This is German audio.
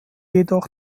jedoch